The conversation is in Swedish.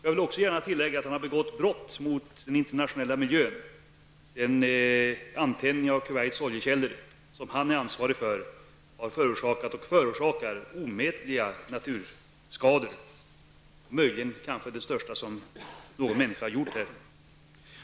Jag vill också gärna tillägga att Saddam Hussein har begått brott mot den internationella miljön. Den antändning av Kuwaits oljekällor som han är ansvarig för har förorsakat, och förorsakar fortfarande, omätliga skador på naturen. Möjligen är dessa skador de största som någon människa har åstadkommit.